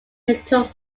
metal